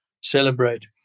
celebrate